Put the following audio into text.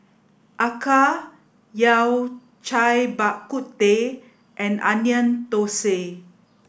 Acar Yao Cai Bak Kut Teh and Onion Thosai